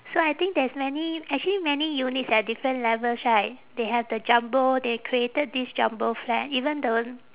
so I think there's many actually many units at different levels right they have the jumbo they created this jumbo flat even the one